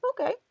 Okay